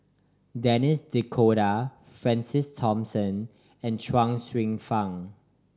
Denis D'Cotta Francis Thomas and Chuang Hsueh Fang